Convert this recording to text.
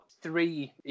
three